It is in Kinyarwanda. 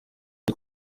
uri